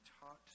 taught